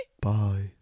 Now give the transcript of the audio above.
Bye